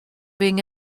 being